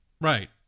Right